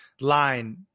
line